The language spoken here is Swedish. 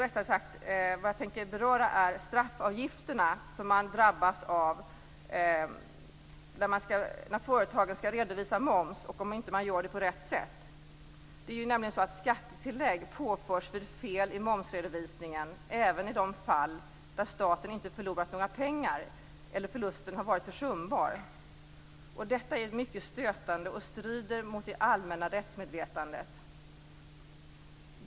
Det jag tänker beröra är de straffavgifter som drabbar företagare om de inte redovisar momsen rätt. Skattetillägg påförs vid fel i momsredovisningen, även i de fall där staten inte förlorat några pengar eller förlusten varit försumbar. Detta är mycket stötande och strider mot det allmänna rättsmedvetandet.